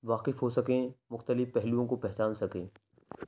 واقف ہو سکیں مختلف پہلوؤں کو پہچان سکیں